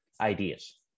ideas